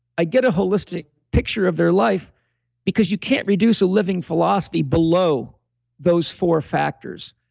i get a holistic picture of their life because you can't reduce a living philosophy below those four factors.